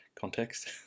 context